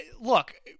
Look